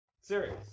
Serious